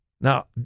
Now